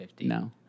No